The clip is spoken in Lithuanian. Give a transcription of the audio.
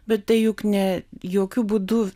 bet tai juk ne jokiu būdu